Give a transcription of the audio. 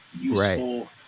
useful